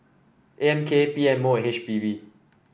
A M K P M O H P B